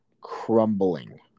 crumbling